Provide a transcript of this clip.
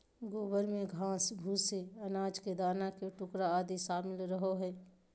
गोबर में घास, भूसे, अनाज के दाना के टुकड़ा आदि शामिल रहो हइ